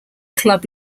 club